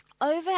over